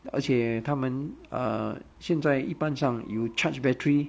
而且他们 err 现在一般上有 charge battery